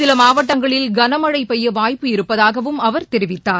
சில மாவட்டங்களில் கனமழை பெய்ய வாய்ப்பு இருப்பதாகவும் அவர் தெரிவித்தார்